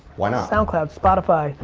why not? soundcloud, spotify,